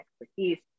expertise